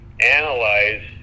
analyze